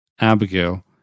Abigail